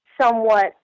somewhat